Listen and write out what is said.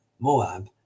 Moab